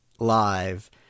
live